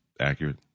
accurate